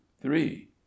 three